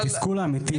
רגע, תן לי לסיים.